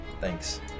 thanks